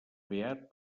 beat